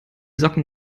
socken